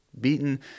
beaten